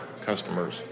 customers